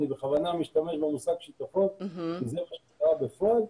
אני בכוונה משתמש במושג שיטפון כי זה מה שהיה בפועל,